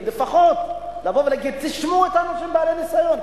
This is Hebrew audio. לפחות לבוא ולהגיד: תשמעו את האנשים בעלי הניסיון,